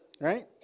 Right